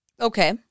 Okay